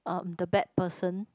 um the bad person